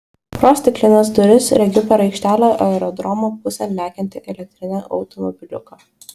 pro stiklines duris regiu per aikštelę aerodromo pusėn lekiantį elektrinį automobiliuką